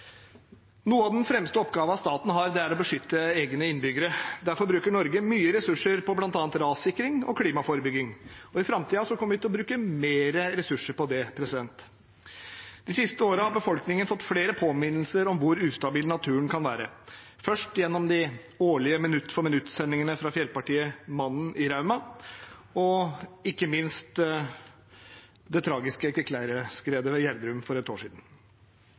av de fremste oppgavene staten har, er å beskytte egne innbyggere. Derfor bruker Norge mye ressurser på bl.a. rassikring og klimaforebygging. I framtiden kommer vi til å bruke mer ressurser på det. De siste årene har befolkningen fått flere påminnelser om hvor ustabil naturen kan være, først gjennom de årlige minutt for minutt-sendingene fra fjellpartiet Mannen i Rauma, og ikke minst med det tragiske kvikkleireskredet ved Gjerdrum for ett år siden.